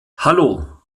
hallo